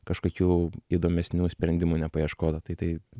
kažkokių įdomesnių sprendimų nepaieškota tai tai